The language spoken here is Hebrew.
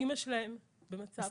שאימא שלהם במצב כזה.